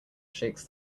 shakes